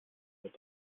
wird